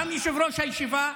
גם יושב-ראש הישיבה,